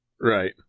Right